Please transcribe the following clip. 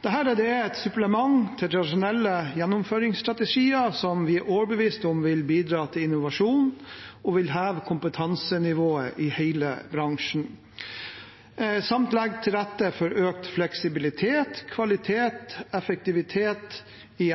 Dette er et supplement til tradisjonelle gjennomføringsstrategier, som vi er overbevist om vil bidra til innovasjon og heve kompetansenivået i hele bransjen samt legge til rette for økt fleksibilitet, kvalitet og effektivitet i